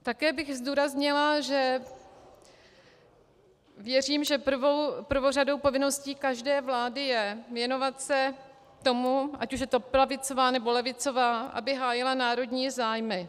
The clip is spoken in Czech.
Také bych zdůraznila, že věřím, že prvořadou povinností každé vlády je věnovat se tomu, ať už je pravicová, nebo levicová, aby hájila národní zájmy.